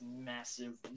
massive